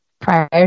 Prior